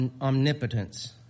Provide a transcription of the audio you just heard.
omnipotence